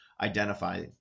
identify